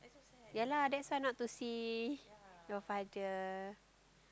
ya lah that's why not to see your father